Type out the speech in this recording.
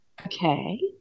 Okay